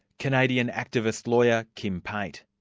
canadian activist lawyer, kim pate.